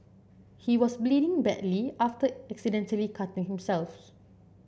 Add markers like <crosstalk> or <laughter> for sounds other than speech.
he was bleeding badly after accidentally cutting him <unintelligible>